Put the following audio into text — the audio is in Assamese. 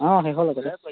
শেষলৈকে